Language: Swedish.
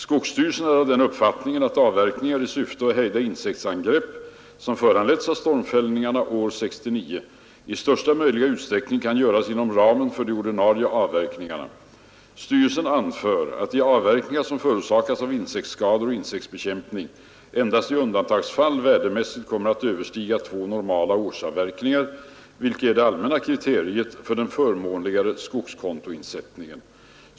Skogsstyrelsen är av den uppfattningen att avverkningar i syfte att hejda insektsangrepp, som föranletts av stormfällningarna år 1969, i största möjliga utsträckning kan göras inom ramen för de ordinarie avverkning arna. Styrelsen anför att de avverkningar som förorsakats av insektsskador och insektsbekämpning endast i undantagsfall värdemässigt kommer att överstiga två normala årsavverkningar, vilket är det allmänna kriteriet för den förmånligare skogskontoinsättningen.